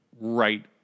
right